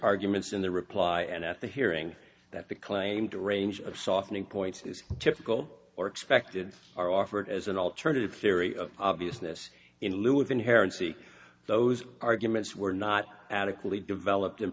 arguments in the reply and at the hearing that the claim to range of softening points is typical or expected are offered as an alternative theory of obviousness in lieu of inherent see those arguments were not adequately developed and